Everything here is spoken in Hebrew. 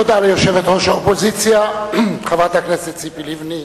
תודה ליושבת-ראש האופוזיציה חברת הכנסת ציפי לבני.